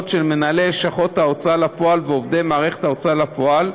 של מנהלי לשכות ההוצאה לפועל ועובדי מערכת ההוצאה לפועל,